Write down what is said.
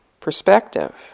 perspective